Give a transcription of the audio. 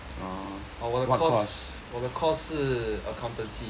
oh 我的 course 我的 course 是 accountancy